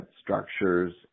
structures